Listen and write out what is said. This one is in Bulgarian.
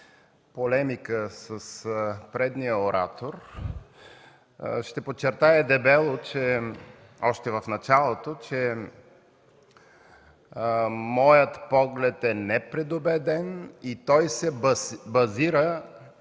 полемика с предния оратор, ще подчертая дебело още в началото, че моят поглед е непредубеден и той се базира,